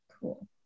Cool